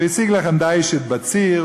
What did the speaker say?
"והשיג לכם דיש את בציר,